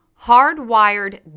hardwired